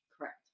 Correct